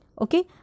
Okay